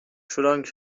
فرانک